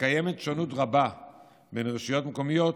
וקיימת שונות רבה בין רשויות מקומיות